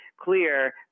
clear